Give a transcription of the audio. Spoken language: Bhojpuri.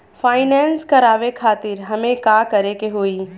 फाइनेंस करावे खातिर हमें का करे के होई?